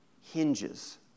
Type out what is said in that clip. hinges